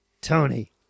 Tony